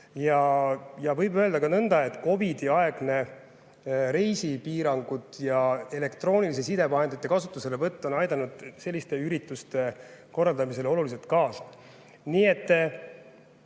Võib öelda ka nõnda, et COVID‑i-aegsed reisipiirangud ja elektrooniliste sidevahendite kasutuselevõtt on aidanud selliste ürituste korraldamisele oluliselt kaasa. Nii et